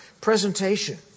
presentation